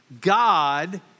God